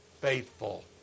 faithful